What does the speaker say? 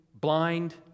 blind